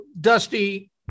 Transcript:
Dusty